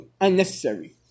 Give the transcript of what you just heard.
unnecessary